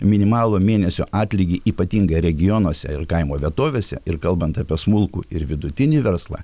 minimalų mėnesio atlygį ypatingai regionuose ir kaimo vietovėse ir kalbant apie smulkų ir vidutinį verslą